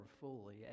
fully